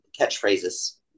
catchphrases